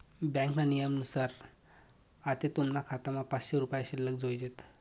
ब्यांकना नियमनुसार आते तुमना खातामा पाचशे रुपया शिल्लक जोयजेत